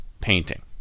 painting